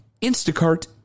Instacart